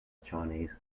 chinese